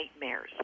nightmares